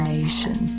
Nation